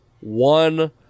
one